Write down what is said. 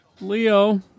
Leo